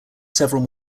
several